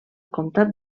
comtat